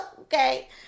Okay